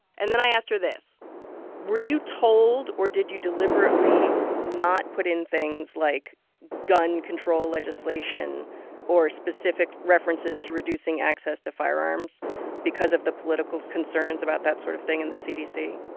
and then i asked her this were you told or did you deliberately not put in things like gun control legislation or specific references to reducing access to firearms because of the political concerns about that sort of thing in the cdc?